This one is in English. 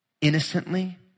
innocently